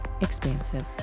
expansive